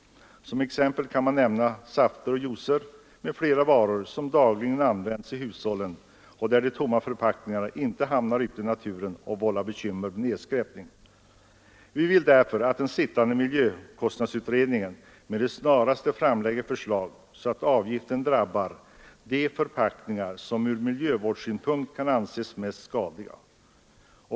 Som exempel kan nämnas safter och juicer m.fl. varor som dagligen används i hushållen och vilkas tomma förpackningar inte hamnar ute i naturen och vållar bekymmer med nedskräpning. Vi vill därför att den sittande miljökostnadsutredningen med det snaraste framlägger förslag så att avgiften drabbar de förpackningar som ur miljövårdssynpunkt kan anses mest skadliga.